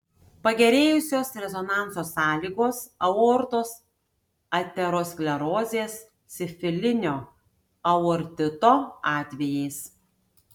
pagerėjusios rezonanso sąlygos aortos aterosklerozės sifilinio aortito atvejais